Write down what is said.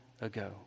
ago